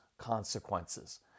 consequences